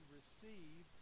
receive